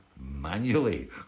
manually